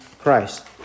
Christ